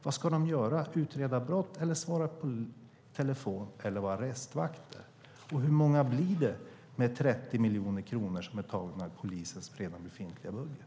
Vad ska de göra - utreda brott, svara på telefon eller vara arrestvakter? Hur många blir det med 30 miljoner som är tagna från polisens befintliga budget?